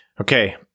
Okay